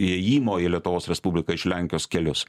įėjimo į lietuvos respubliką iš lenkijos kelius